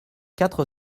quatre